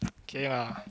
okay lah